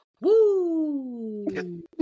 Woo